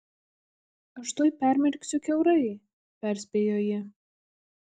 aš tuoj permirksiu kiaurai perspėjo ji